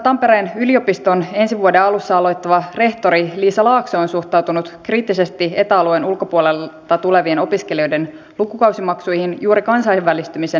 muun muassa ensi vuoden alussa tampereen yliopiston rehtorina aloittava liisa laakso on suhtautunut kriittisesti eta alueen ulkopuolelta tulevien opiskelijoiden lukukausimaksuihin juuri kansainvälistymisen näkökulmasta